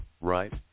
right